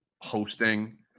hosting